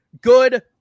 good